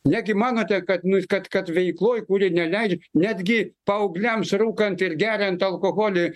negi manote kad nu kad kad veikloj kuri neleidžia netgi paaugliams rūkant ir geriant alkoholį